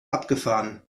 abgefahren